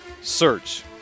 search